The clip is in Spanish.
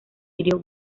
sirio